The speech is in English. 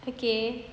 okay